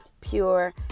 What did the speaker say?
pure